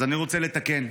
אז אני רוצה לתקן: